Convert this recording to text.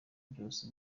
byose